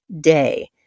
day